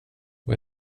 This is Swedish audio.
vad